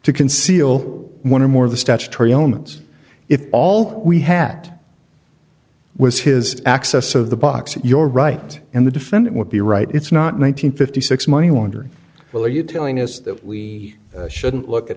to conceal one or more of the statutory elements if all we had was his access of the box you're right and the defendant would be right it's not one hundred fifty six money wonder well are you telling us that we shouldn't look at